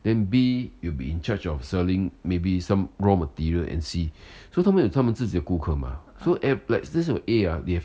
then B you'll be in charge of selling maybe some raw material and C so 他们有他们自己的顾客 mah so ev~ like A ah they have